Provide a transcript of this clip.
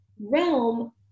realm